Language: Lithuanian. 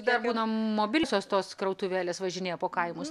dar būna mobiliosios tos krautuvėlės važinėja po kaimus